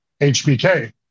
hbk